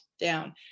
down